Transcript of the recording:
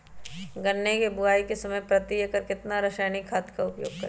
गन्ने की बुवाई के समय प्रति एकड़ कितना रासायनिक खाद का उपयोग करें?